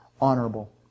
honorable